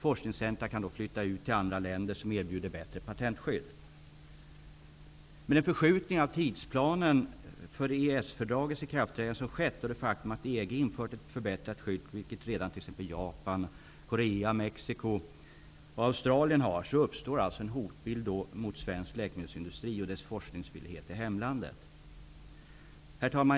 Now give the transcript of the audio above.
Forskningscentra kan då flytta ut till andra länder som erbjuder bättre patentskydd. Med den förskjutning av tidsplanen för EES fördragets ikraftträdande som har skett och det faktum att EG har infört ett förbättrat skydd, vilket redan t.ex. Japan, Korea, Mexico och Australien har, uppstår nu en hotbild mot svensk läkemedelsindustri och dess forskningsvillighet i hemlandet. Herr talman!